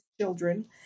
children